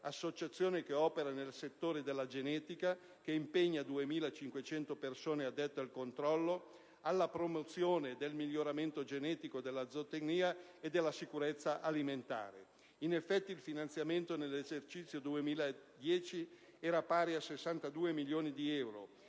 associazione che opera nel settore della genetica e che impiega 2.500 persone addette al controllo, alla promozione del miglioramento genetico della zootecnia e alla sicurezza alimentare. In effetti, il finanziamento nell'esercizio 2010 era pari a 62 milioni di euro,